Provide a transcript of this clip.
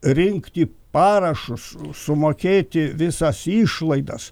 rinkti parašus sumokėti visas išlaidas